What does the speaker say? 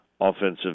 offensive